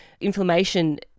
inflammation